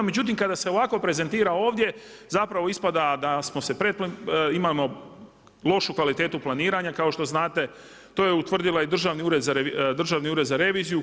Međutim, kada se ovako prezentira ovdje zapravo ispada da smo se, imamo lošu kvalitetu planiranja kao što znate to je utvrdio i Državni ured za reviziju.